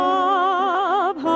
up